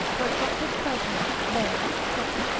but such as personate, rail, scoff,